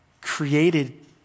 created